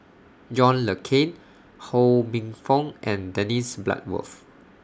John Le Cain Ho Minfong and Dennis Bloodworth